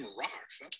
rocks